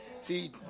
See